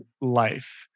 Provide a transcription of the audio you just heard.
life